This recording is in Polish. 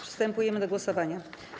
Przystępujemy do głosowania.